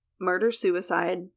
murder-suicide